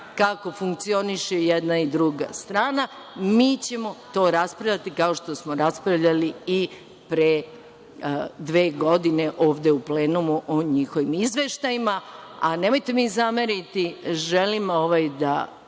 kako funkcioniše i jedna i druga strana, mi ćemo to raspravljati kao što smo raspravljali i pre dve godine ovde u plenumu o njihovim izveštajima. Nemojte mi zameriti, želim samo